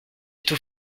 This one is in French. tout